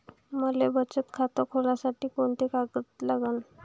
मले बचत खातं खोलासाठी कोंते कागद लागन?